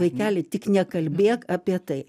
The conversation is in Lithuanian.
vaikeli tik nekalbėk apie tai